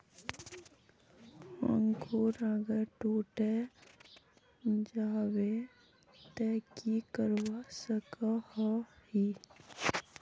अंकूर अगर टूटे जाबे ते की करवा सकोहो ही?